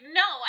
no